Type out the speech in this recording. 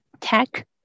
tech